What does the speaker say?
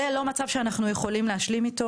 זה לא מצב שאנחנו יכולים להשלים איתו